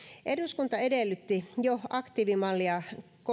eduskunta edellytti jo aktiivimallia